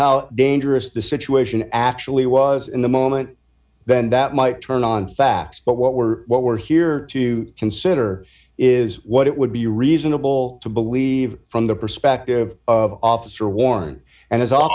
how dangerous the situation actually was in the moment then that might turn on fast but what we're what we're here to consider is what it would be reasonable to believe from the perspective of officer warne and